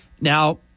now